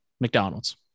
McDonald's